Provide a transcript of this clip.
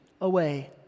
away